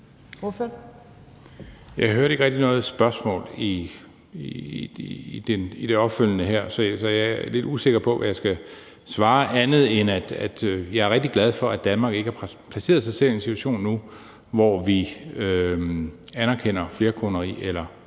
Jeg hørte ikke rigtig noget spørgsmål i det opfølgende her, så jeg er lidt usikker på, hvad jeg skal svare, andet end at jeg er rigtig glad for, at Danmark ikke har placeret sig selv i en situation nu, hvor vi anerkender flerkoneri eller